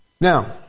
Now